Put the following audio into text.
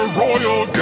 royal